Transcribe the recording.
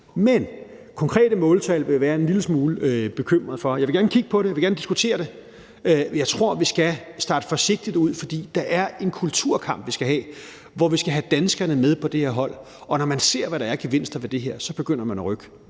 Men konkrete måltal vil jeg være en lille smule bekymret for. Jeg vil gerne kigge på det og diskutere det, men jeg tror, at vi skal starte forsigtigt ud, for der er en kulturkamp, vi skal have, hvor vi skal have danskerne med på det her hold, og når man ser, hvad der er af gevinster ved det her, begynder man at rykke.